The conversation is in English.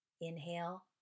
Inhale